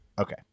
Okay